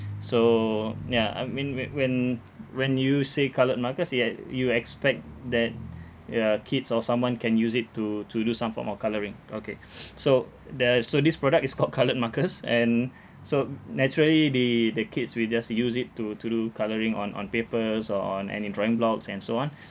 so ya I mean whe~ when when you say coloured markers ye~ you expect that ya kids or someone can use it to to do some form of colouring okay so the s~ so this product is called coloured markers and so naturally the the kids will just use it to to do colouring on on papers or on any drawing blocks and so on